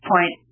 point